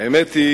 האמת היא